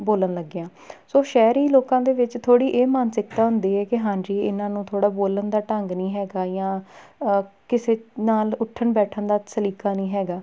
ਬੋਲਣ ਲੱਗਿਆਂ ਸੋ ਸ਼ਹਿਰੀ ਲੋਕਾਂ ਦੇ ਵਿੱਚ ਥੋੜ੍ਹੀ ਇਹ ਮਾਨਸਿਕਤਾ ਹੁੰਦੀ ਹੈ ਕਿ ਹਾਂਜੀ ਇਹਨਾਂ ਨੂੰ ਥੋੜ੍ਹਾ ਬੋਲਣ ਦਾ ਢੰਗ ਨਹੀਂ ਹੈਗਾ ਜਾਂ ਕਿਸੇ ਨਾਲ ਉੱਠਣ ਬੈਠਣ ਦਾ ਸਲੀਕਾ ਨਹੀਂ ਹੈਗਾ